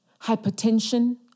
hypertension